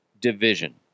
division